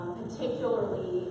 particularly